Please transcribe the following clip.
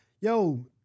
Yo